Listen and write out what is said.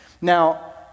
Now